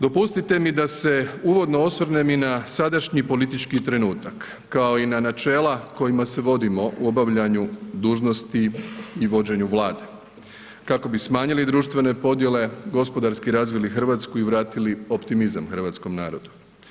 Dopustite mi da se uvodno osvrnem i na sadašnji politički trenutak kao i na načela kojima se vodimo u obavljanju dužnosti i vođenju Vlade kako bi smanjili društvene podjele, gospodarski razvili Hrvatsku i vratili optimizam hrvatskom narodu.